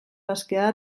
askea